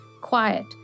quiet